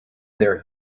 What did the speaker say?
their